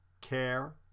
care